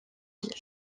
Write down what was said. ville